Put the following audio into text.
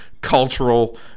cultural